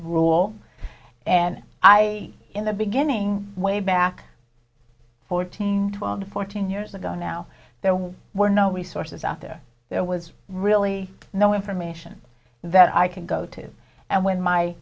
rule and i in the beginning way back fourteen twelve fourteen years ago now that we were no resources out there there was really no information that i could go to and when my